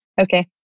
Okay